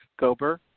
Gober